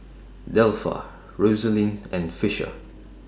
Delpha Rosaline and Fisher